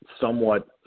somewhat